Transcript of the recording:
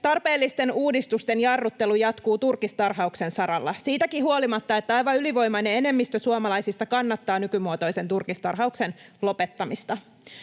Tarpeellisten uudistusten jarruttelu jatkuu turkistarhauksen saralla siitäkin huolimatta, että aivan ylivoimainen enemmistö suomalaisista kannattaa nykymuotoisen turkistarhauksen lopettamista.